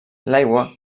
l’aigua